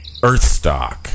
Earthstock